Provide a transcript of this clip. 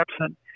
absent